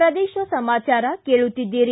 ಪ್ರದೇಶ ಸಮಾಚಾರ ಕೇಳುತ್ತೀದ್ದಿರಿ